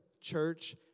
church